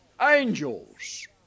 Angels